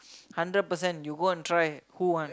hundred percent you go and try who want